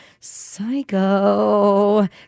psycho